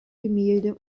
gemälde